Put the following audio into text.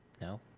No